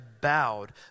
bowed